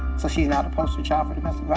so she's not a poster child for domestic yeah